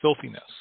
filthiness